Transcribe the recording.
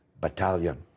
battalion